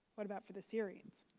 what about for the syrians?